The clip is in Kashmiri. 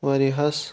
واریاہس